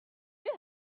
you